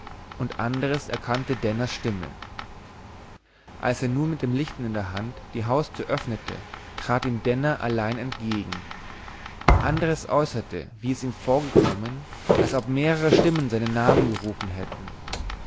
und andres erkannte denners stimme als er nun mit dem licht in der hand die haustür öffnete trat ihm denner allein entgegen andres äußerte wie es ihm vorgekommen als ob mehrere stimmen seinen namen gerufen hätten